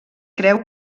creu